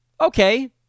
Okay